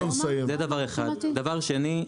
דבר שני,